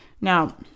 Now